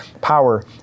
Power